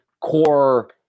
core